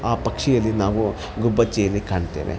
ಆ ಪಕ್ಷಿಯಲ್ಲಿ ನಾವು ಗುಬ್ಬಚ್ಚಿಯಲ್ಲಿ ಕಾಣ್ತೇವೆ